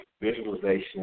visualization